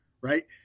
right